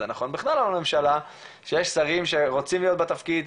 זה נכון בכלל לממשלה שיש שרים שרוצים להיות בתפקיד,